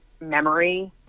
memory